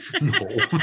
no